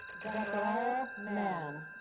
zachariah mann.